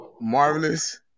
marvelous